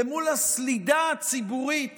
למול הסלידה הציבורית